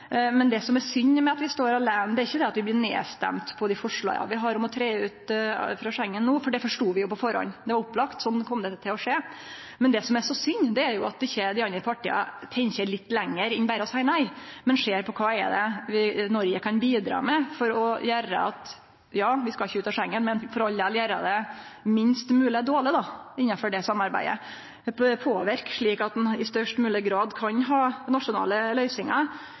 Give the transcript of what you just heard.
men det som er synd med at vi står aleine, er ikkje det at vi blir stemde ned på dei forslaga vi har om å tre ut av Schengen-samarbeidet no, for det forstod vi jo på førehand. Det er opplagt at det kjem til å skje, men det som er så synd, er jo at dei andre partia ikkje tenkjer litt lenger enn berre å seie nei, men at dei ser på kva det er Noreg kan bidra med for å gjere – nei, vi skal ikkje ut av Schengen, for all del – det minst mogleg dårleg innanfor det samarbeidet, og påverke slik at ein i størst mogleg grad kan ha nasjonale løysingar